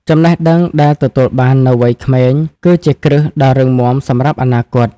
ចំណេះដឹងដែលទទួលបាននៅវ័យក្មេង គឺជាគ្រឹះដ៏រឹងមាំសម្រាប់អនាគត ។